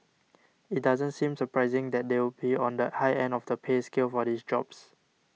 it doesn't seem surprising that they would be on the high end of the pay scale for these jobs